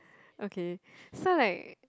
okay so like